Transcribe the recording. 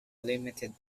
limited